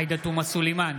עאידה תומא סלימאן,